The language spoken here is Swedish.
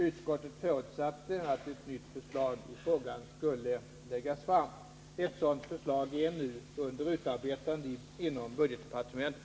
Utskottet förutsatte att ett nytt förslag i frågan skulle läggas fram. Ett sådant förslag är nu under utarbetande inom budgetdepartementet.